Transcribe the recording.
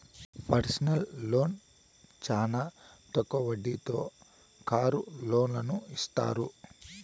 personal loan చానా తక్కువ వడ్డీ రేటుతో కారు లోన్లను ఇత్తారు